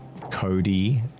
Cody